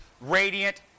radiant